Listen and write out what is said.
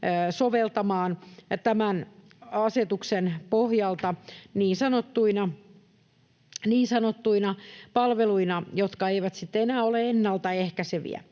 soveltamaan tämän asetuksen pohjalta niin sanottuina palveluina, jotka eivät sitten enää ole ennaltaehkäiseviä.